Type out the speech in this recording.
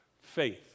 Faith